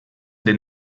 den